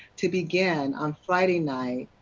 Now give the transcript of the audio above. to begin, on friday night,